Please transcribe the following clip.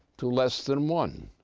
to less than one